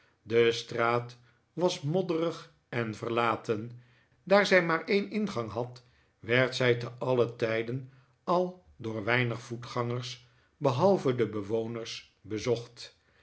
de straat was modderig en verlaten daar zij maar een ingang had werd zij ten alien tijde al door weinig voetgangers behalve de bewoners bezocht